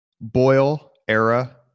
Boyle-era